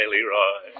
Leroy